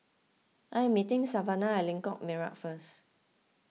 I am meeting Savanah at Lengkok Merak first